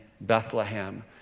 Bethlehem